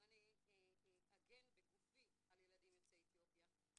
אבל אני אגן בגופי על ילדים יוצאי אתיופיה.